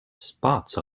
spots